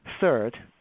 Third